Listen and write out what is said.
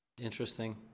Interesting